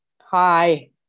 Hi